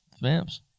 Vamps